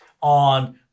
on